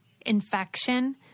infection